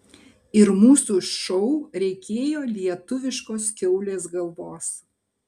ir mūsų šou reikėjo lietuviškos kiaulės galvos